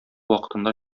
вакытында